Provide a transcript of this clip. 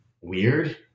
weird